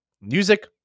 music